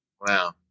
Wow